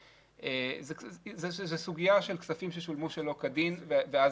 זו סוגיה של כספים ששולמו שלא כדין ואז